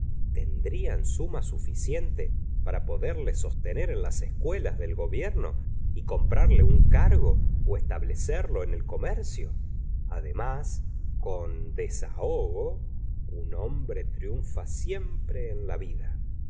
tendrían suma suficiente para poderle sostener en las escuelas del gobierno y comprarle un cargo establecerlo en el comercio además con desahogo un hombre triunfa siempre en la vida